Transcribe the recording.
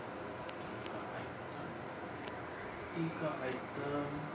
第一个 item ah 第一个 item